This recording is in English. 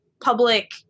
public